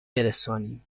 برسانیم